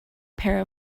pair